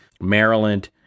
Maryland